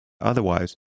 otherwise